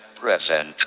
present